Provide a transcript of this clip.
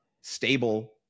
stable